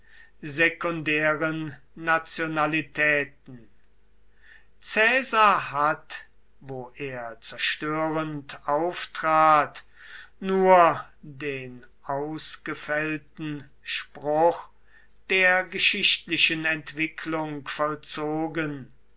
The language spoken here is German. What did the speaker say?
sekundären nationalitäten caesar hat wo er zerstörend auftrat nur den ausgefällten spruch der geschichtlichen entwicklung vollzogen